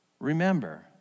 Remember